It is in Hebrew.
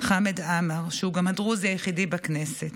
חמד עמאר, שהוא גם הדרוזי היחידי בכנסת.